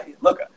Look